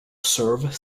serve